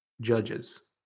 judges